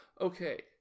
Okay